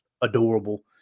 adorable